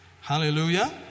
Hallelujah